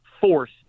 FORCE